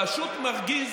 פשוט מרגיז